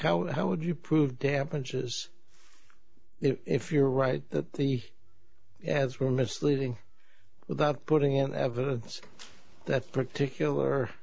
how how would you prove damages if you're right that the as were misleading without putting in evidence that particular